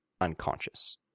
unconscious